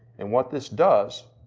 and what this does,